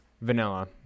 Vanilla